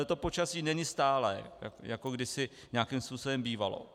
To počasí není stálé, jako kdysi nějakým způsobem bývalo.